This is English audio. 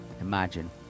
imagine